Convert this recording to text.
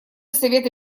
совета